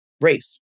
race